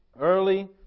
early